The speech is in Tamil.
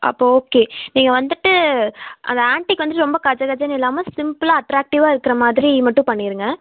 அப்போது ஓகே நீங்கள் வந்துட்டு அந்த ஆன்ட்டிக் வந்துட்டு ரொம்ப கச்சக்கச்சனு இல்லாமல் சிம்ப்புளாக அட்ராக்டிவாக இருக்குற மாதிரி மட்டும் பண்ணிடுங்க